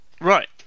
right